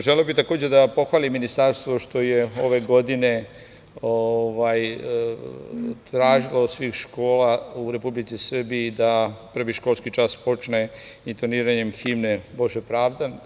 Želeo bih takođe da pohvalim Ministarstvo što je ove godine tražilo od svih škola u Republici Srbiji da prvi školski čas počne intoniranjem himne „Bože pravde“